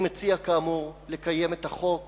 אני מציע, כאמור, לקיים את החוק